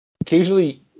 occasionally –